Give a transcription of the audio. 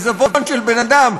מעיזבון של אדם,